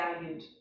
valued